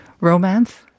Romance